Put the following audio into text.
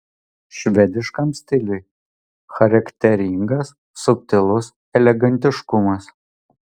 švediškam stiliui charakteringas subtilus elegantiškumas